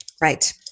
Right